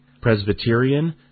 Presbyterian